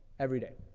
every day.